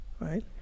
right